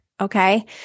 okay